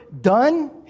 done